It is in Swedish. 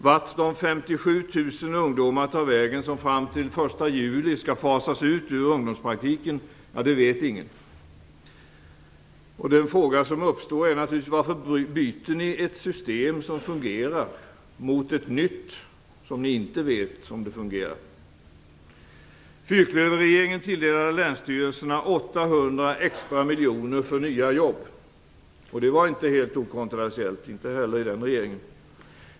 Vart de 57 000 ungdomar tar vägen som fram till den 1 juli skall fasas ut ur ungdomspraktiken vet ingen. Den fråga som uppstår är naturligtvis: Varför byter ni ut ett system som fungerar mot ett nytt, som ni inte vet om det fungerar? extra miljoner för nya jobb. Det var inte helt okontroversiellt, inte heller i den regeringen.